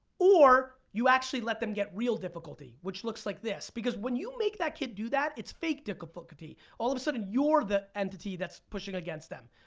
or, you actually let them get real difficulty. which looks like this. because when you make that kid do that, it's fake difficulty. all of a sudden you're the entity that's pushing against them.